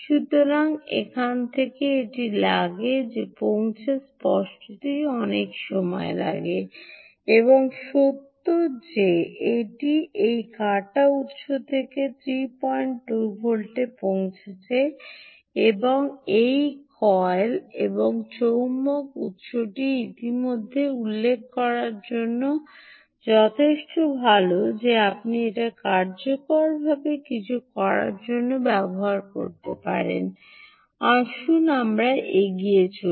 সুতরাং থেকে এটি লাগে যে পৌঁছে স্পষ্টতই অনেক সময় লাগে এবং সত্য যে এটি এই কাটা উত্স থেকে32 ভোল্টে পৌঁছেছে এই কয়েল এবং এই চৌম্বক উত্সটি ইতিমধ্যে উল্লেখ করার জন্য যথেষ্ট ভাল যে আপনি এটি কার্যকরভাবে কিছু করার জন্য ব্যবহার করতে পারেন আসুন আমরা এগিয়ে চলি